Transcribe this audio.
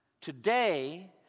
Today